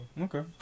Okay